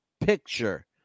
picture